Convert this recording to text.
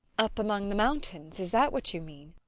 up among the mountains? is that what you mean?